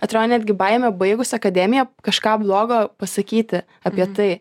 atrodo netgi baimė baigus akademiją kažką blogo pasakyti apie tai